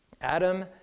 Adam